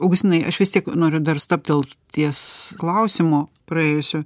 augustinai aš vis tiek noriu dar stabtelt ties klausimu praėjusiu